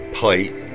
plate